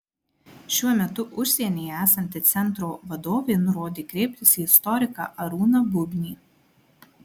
šiuo metu užsienyje esanti centro vadovė nurodė kreiptis į istoriką arūną bubnį